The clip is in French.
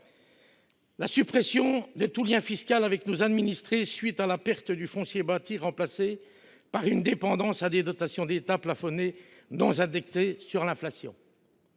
la suppression de tout lien fiscal avec nos administrés, à la suite de la perte du foncier bâti, remplacé par une dépendance à des dotations d’État plafonnées, non indexées sur l’inflation.